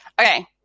Okay